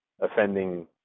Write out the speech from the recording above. offending